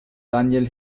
daniel